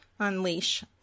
Unleash